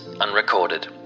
unrecorded